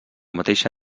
mateixa